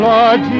Lord